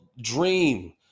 dream